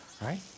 right